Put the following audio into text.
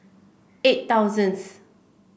eight thousands